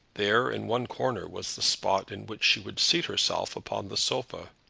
there, in one corner, was the spot in which she would seat herself upon the sofa.